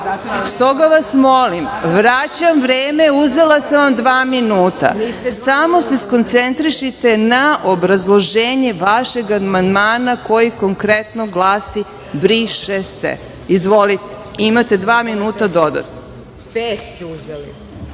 čuje. Stoga vas molim vraćam vreme uzela sam dva minuta, samo se skoncentrišite na obrazloženje vašeg amandmana koji konkretno glasi, briše se. Izvolite, imate dodatnih dva